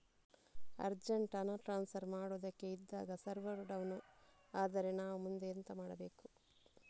Urgent ಹಣ transfer ಮಾಡೋದಕ್ಕೆ ಇದ್ದಾಗ ಸರ್ವರ್ ಡೌನ್ ಆದರೆ ನಾವು ಮುಂದೆ ಎಂತ ಮಾಡಬೇಕು?